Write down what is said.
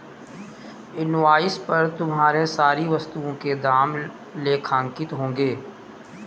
invoice पर तुम्हारे सारी वस्तुओं के दाम लेखांकित होंगे